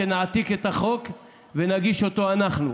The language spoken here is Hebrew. שנעתיק את החוק ונגיש אותו אנחנו.